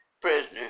prisoner